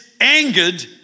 angered